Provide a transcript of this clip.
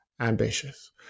ambitious